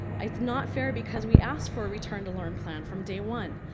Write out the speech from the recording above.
it's not fair because we asked for a return to learning plan from day one.